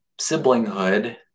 siblinghood